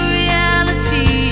reality